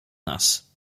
nas